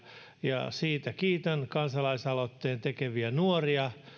ja siitä kiitän kansalaisaloitteen tehneitä nuoria